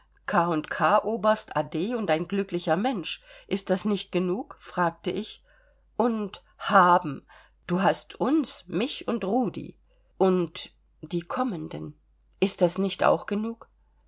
k oberst a d und ein glücklicher mensch ist das nicht genug fragte ich und haben du hast uns mich und rudi und die kommenden ist das nicht auch genug